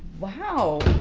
wow.